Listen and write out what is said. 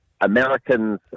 americans